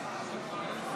53 בעד,